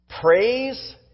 Praise